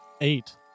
eight